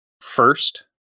first